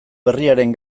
berriaren